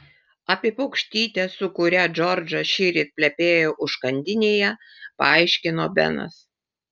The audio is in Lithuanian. apie paukštytę su kuria džordžas šįryt plepėjo užkandinėje paaiškino benas